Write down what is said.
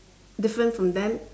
different from them